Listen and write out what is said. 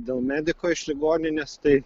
dėl mediko iš ligoninės tai